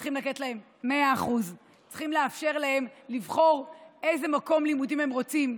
צריך לתת להם 100%. צריך לאפשר להם לבחור איזה מקום לימודים הם רוצים,